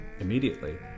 Immediately